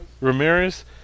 Ramirez